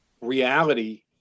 reality